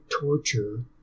torture